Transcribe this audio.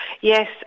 Yes